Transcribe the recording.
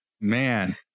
Man